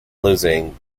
losing